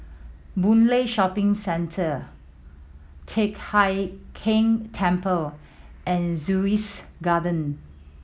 Boon Lay Shopping Centre Teck Hai Keng Temple and Sussex Garden